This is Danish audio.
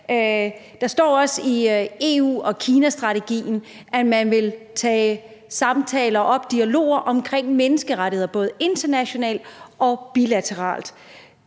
Der står også i EU og Kina-strategien, at man vil tage samtaler og dialoger op om menneskerettigheder, både internationalt og bilateralt.